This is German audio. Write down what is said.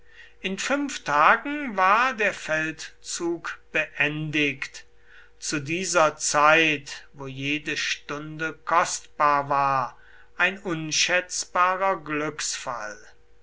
in fünf tagen war der feldzug beendigt zu dieser zeit wo jede stunde kostbar war ein unschätzbarer glücksfall